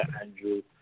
Andrew